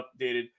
updated